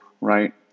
right